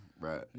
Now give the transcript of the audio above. right